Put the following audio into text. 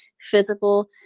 physical